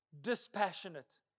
dispassionate